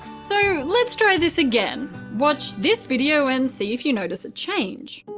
so let's try this again. watch this video and see if you notice a change.